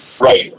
Right